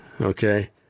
okay